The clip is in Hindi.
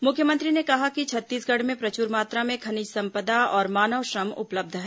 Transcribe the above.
मुख्यमंत्री ने कहा कि छत्तीसगढ़ में प्रचुर मात्रा में खनिज संपदा और मानव श्रम उपलब्ध है